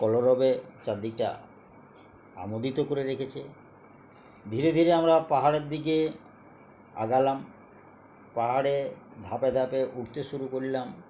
কলরবে চারদিকটা আমোদিত করে রেখেছে ধীরে ধীরে আমরা পাহাড়ের দিকে এগোলাম পাহাড়ে ধাপে ধাপে উঠতে শুরু করলাম